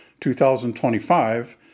2025